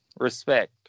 Respect